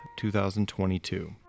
2022